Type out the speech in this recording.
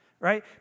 right